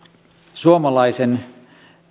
suomalaisen